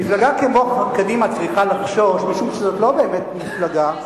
מפלגה כמו קדימה צריכה לחשוש משום שזאת לא באמת מפלגה,